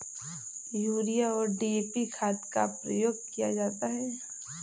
urea और D A P खाद का प्रयोग किया जाता है